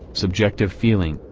subjective feeling,